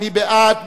מי בעד?